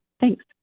Thanks